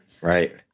right